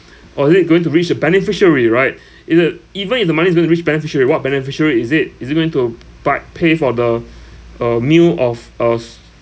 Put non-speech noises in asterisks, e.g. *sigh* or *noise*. or is it going to reach the beneficiary right *breath* is it even if the money is going to reach beneficiary what beneficiary is it is it going to buy pay for the *breath* um meal of us